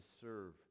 serve